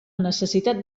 necessitat